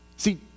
See